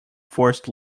forced